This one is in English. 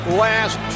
last